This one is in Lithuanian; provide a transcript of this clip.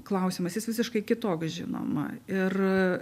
klausimas jis visiškai kitoks žinoma ir